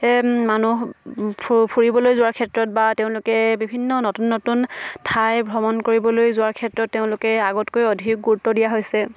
মানুহ ফুৰিবলৈ যোৱাৰ ক্ষেত্ৰত বা তেওঁলোকে বিভিন্ন নতুন নতুন ঠাই ভ্ৰমণ কৰিবলৈ যোৱাৰ ক্ষেত্ৰত তেওঁলোকে আগতকৈ অধিক গুৰুত্ব দিয়া হৈছে